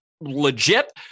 legit